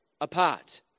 apart